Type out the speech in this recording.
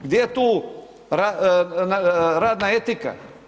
Gdje je tu radna etika?